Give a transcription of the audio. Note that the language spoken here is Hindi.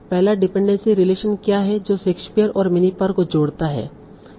पहला डिपेंडेंसी रिलेशन क्या है जो शेक्सपियर और मिनिपार को जोड़ता है